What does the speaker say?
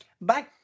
Bye